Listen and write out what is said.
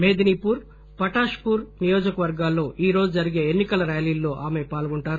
Medinipur Patashpur నియోజకవర్గాల్లో ఈరోజు జరిగే ఎన్నికల ర్యాలీల్లో ఆమె పాల్గొంటారు